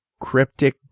cryptic